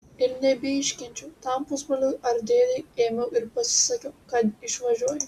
ir nebeiškenčiau tam pusbroliui ar dėdei ėmiau ir pasisakiau kad išvažiuoju